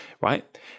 right